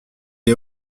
est